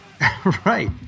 right